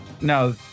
no